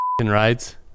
rides